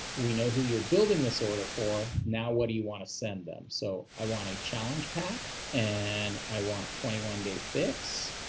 we know who you're building this order for, now what do you want to send them. so i want to a challenge pack and i want twenty one day fix.